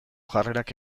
jarrerak